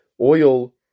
oil